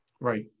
Right